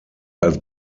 als